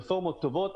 רפורמות טובות,